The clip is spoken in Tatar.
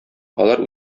алар